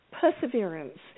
perseverance